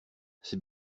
c’est